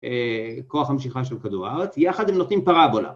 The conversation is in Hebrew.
‫כוח המשיכה של כדור הארץ, ‫יחד הם נותנים פרבולה.